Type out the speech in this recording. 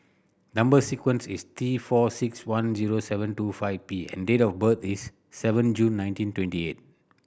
number sequence is T four six one zero seven two five P and date of birth is seven June nineteen twenty eight